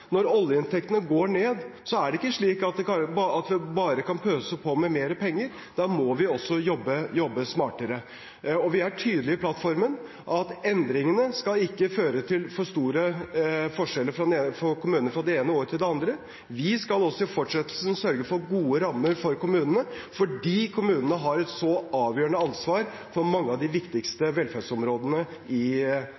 Når oljeinntektene går ned, er det ikke slik at det bare kan pøses på med mer penger. Da må vi også jobbe smartere. Og vi er tydelige i plattformen på at endringene ikke skal føre til for store forskjeller for kommunene fra det ene året til det andre. Vi skal også i fortsettelsen sørge for gode rammer for kommunene, fordi kommunene har et så avgjørende ansvar for mange av de viktigste